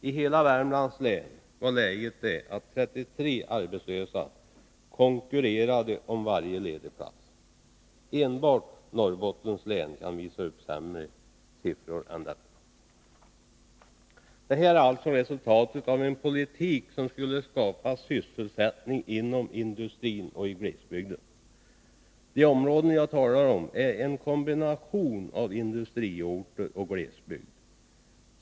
I hela Värmlands län var läget det att 33 arbetslösa konkurrerade om varje ledig plats. Enbart Norrbottens län kan visa upp sämre siffror än detta. Det här är alltså resultatet av en politik som skulle skapa sysselsättning inom industrin och i glesbygden. De områden jag talar om är en kombination av industriorter och glesbygd.